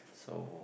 so